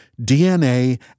DNA